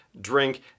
drink